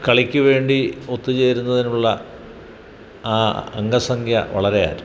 കളിക്കു വേണ്ടി ഒത്തുചേരുന്നതിനുള്ള അംഗസംഖ്യ വളരെ